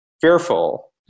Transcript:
fearful